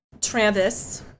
Travis